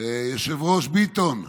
היושב-ראש ביטון,